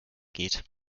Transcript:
geht